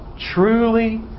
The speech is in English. Truly